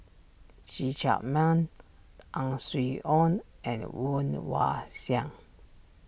See Chak Mun Ang Swee Aun and Woon Wah Siang